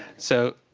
so,